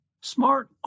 Smart